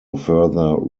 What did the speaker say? further